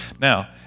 Now